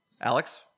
Alex